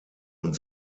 und